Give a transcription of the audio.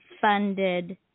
funded